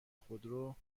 خودرو